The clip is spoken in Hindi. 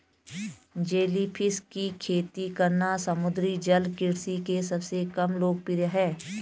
जेलीफिश की खेती करना समुद्री जल कृषि के सबसे कम लोकप्रिय है